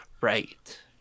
Right